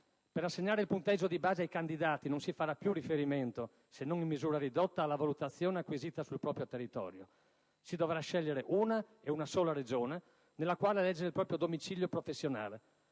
Per assegnare il punteggio di base ai candidati non si farà più riferimento, se non in misura ridotta, alla valutazione acquisita sul proprio territorio. Si dovrà scegliere una e una sola Regione nella quale eleggere il proprio domicilio professionale